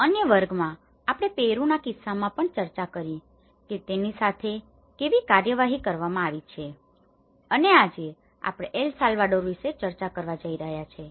અન્ય વર્ગોમાં આપણે પેરુના કિસ્સામાં પણ ચર્ચા કરી છે કે તેની સાથે કેવી કાર્યવાહી કરવામાં આવી છે અને આજે આપણે એલ સાલ્વાડોર વિશે ચર્ચા કરવા જઈ રહ્યા છીએ